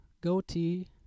goatee